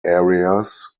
areas